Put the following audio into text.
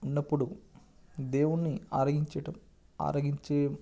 ఉన్నప్పుడు దేవుని ఆరగించేటప్పుడు ఆరగించే